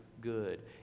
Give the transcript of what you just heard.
good